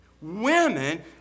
women